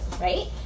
right